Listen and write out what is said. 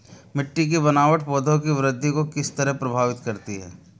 मिटटी की बनावट पौधों की वृद्धि को किस तरह प्रभावित करती है?